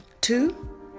Two